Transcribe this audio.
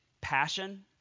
passion